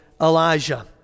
Elijah